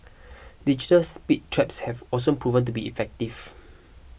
digital speed traps have also proven to be effective